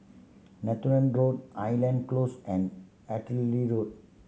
Netheravon Road island Close and Artillery Road